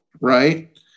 right